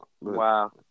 Wow